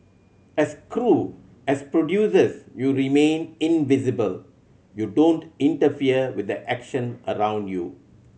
as crew as producers you remain invisible you don't interfere with the action around you